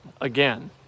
again